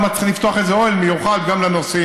עוד מעט צריך לפתוח איזה אוהל מיוחד גם לנוסעים,